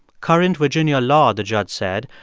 current virginia law, the judge said,